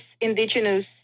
indigenous